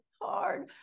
hard